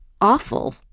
awful